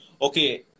okay